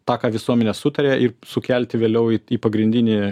tą ką visuomenė sutarė ir sukelti vėliau į pagrindinį